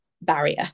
barrier